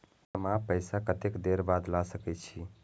जमा पैसा कतेक देर बाद ला सके छी?